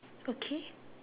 okay